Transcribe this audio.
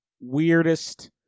weirdest